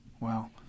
Wow